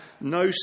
no